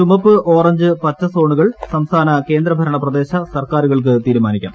ചുമപ്പ് ഓറഞ്ച് പച്ച സോണുകൾ സംസ്ഥാന കേന്ദ്ര ഭരണ പ്രദേശ സർക്കാരുകൾക്ക് തീരുമാനിക്കാം